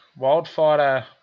Wildfighter